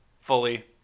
Fully